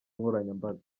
nkoranyambaga